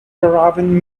caravan